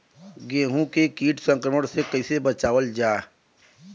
गेहूँ के कीट संक्रमण से कइसे बचावल जा?